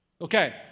Okay